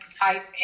type